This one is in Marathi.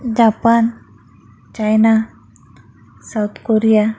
Japan China South Korea